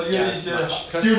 ya it's march cause